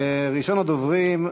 וראשון הדוברים,